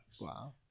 Wow